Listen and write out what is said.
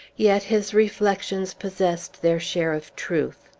yet his reflections possessed their share of truth.